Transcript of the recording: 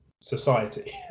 society